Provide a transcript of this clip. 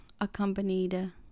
accompanied